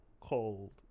called